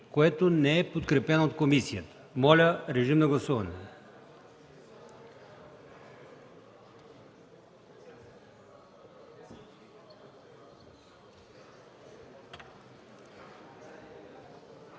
278, неподкрепен от комисията. Моля, режим на гласуване.